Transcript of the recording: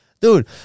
Dude